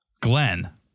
Glenn